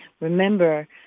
Remember